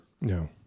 No